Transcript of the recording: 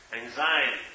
Anxiety